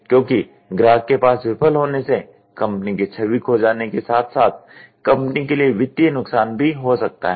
क्योंकि ग्राहक के पास विफल होने से कंपनी की छवि खो जाने के साथ साथ कंपनी के लिए वित्तीय नुकसान भी हो सकता है